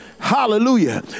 hallelujah